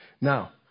Now